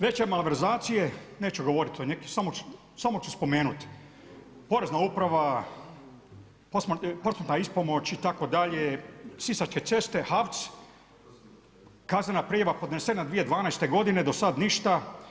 Veće malverzacije neću govoriti, samo ću spomenuti Porezna uprava, posmrtna ispomoć itd. sisačke ceste, HAVC, kaznena prijava podnesena 2012. godine do sada ništa.